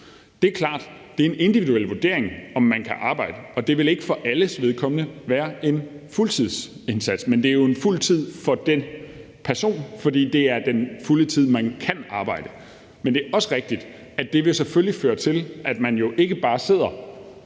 det er en individuel vurdering, om man kan arbejde, og det vil ikke for alles vedkommende være en fuldtidsindsats. Men det er jo en fuld tid for den person, fordi det er den fulde tid, man kan arbejde. Men det er jo selvfølgelig også rigtigt, at det vil føre til, at man ikke bare sidder